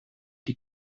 die